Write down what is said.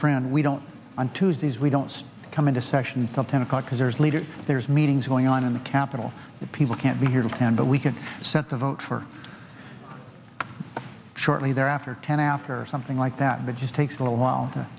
friend we don't on tuesdays we don't come into session some ten o'clock because there's leader there's meetings going on in the capitol the people can't be here can but we can set the vote for shortly there after ten after something like that but just takes a little while